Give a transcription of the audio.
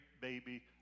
baby